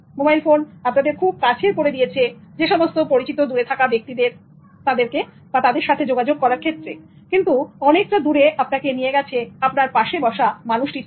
mobile phone আপনাদের খুব কাছের করে দিয়েছে দূরে থাকা ব্যক্তিদের কিন্তু এটা অনেক দূরে আপনাকে নিয়ে গেছে আপনার পাশে বসা মানুষটির থেকে